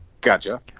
Gotcha